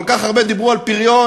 כל כך הרבה דיברו על פריון,